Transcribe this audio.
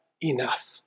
enough